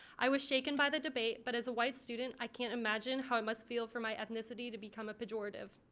i was shaken by the debate but as a white student i can't imagine how it must feel for my ethnicity to become a pejorative.